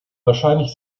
wahrscheinlich